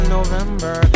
November